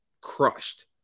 crushed